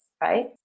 right